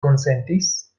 konsentis